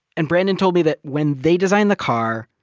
and brandon told me that when they designed the car,